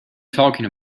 talking